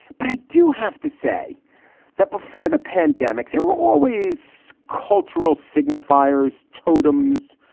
but i do have to say that before the pandemic, there were always cultural signifiers, totems,